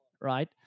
Right